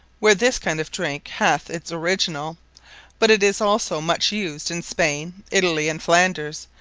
where this kind of drink hath its originall but it is also much used in spain, italy and flanders,